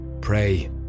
pray